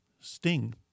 Sting